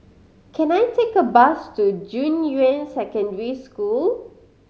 can I take a bus to Junyuan Secondary School